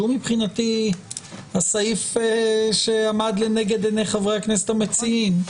מבחינתי הסעיף שעמד לנגד עיני חברי הכנסת המציעים,